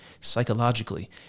psychologically